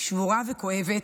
שבורה וכואבת,